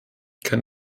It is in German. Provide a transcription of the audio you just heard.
kann